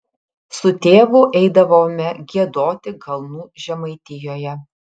su tėvu eidavome giedoti kalnų žemaitijoje